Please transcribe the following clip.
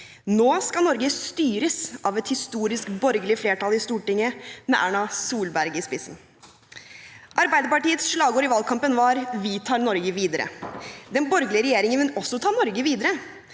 andre dag 2013 torisk borgerlig flertall i Stortinget med Erna Solberg i spissen. Arbeiderpartiets slagord i valgkampenvar: Vi tar Norge videre. Den borgerlige regjeringen vil også ta Norge videre,